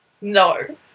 No